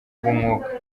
bw’umwuka